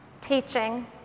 teaching